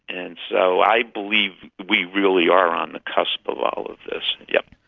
and so i believe we really are on the cusp of all of this, yes.